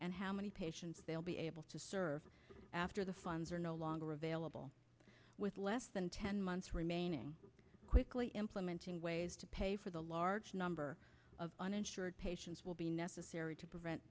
and how many patients they'll be able to serve after the funds are no longer available with less than ten months remaining quickly implementing ways to pay for the large number of uninsured patients will be necessary to prevent